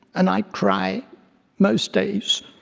and i cry most days,